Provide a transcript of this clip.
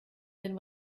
den